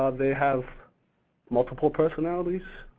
they have multiple personalities.